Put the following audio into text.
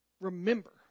remember